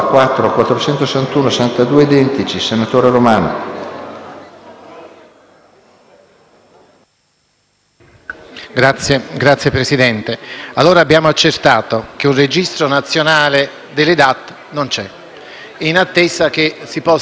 Signor Presidente, abbiamo accertato che un registro nazionale delle DAT non c'è, in attesa che si possa dar luogo all'approvazione dell'emendamento alla Camera. Quindi, mi devo attenere al testo che stiamo valutando e approvando o meno.